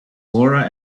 laura